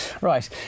Right